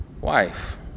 wife